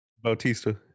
Bautista